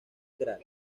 gral